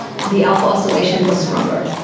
the alpha oscillation was stronger.